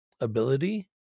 ability